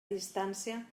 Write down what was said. distància